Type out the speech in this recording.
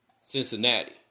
Cincinnati